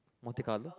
Monte Carlo